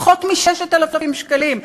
פחות מ-6,000 שקלים.